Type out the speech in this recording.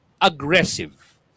aggressive